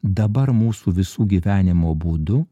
dabar mūsų visų gyvenimo būdu